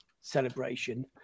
celebration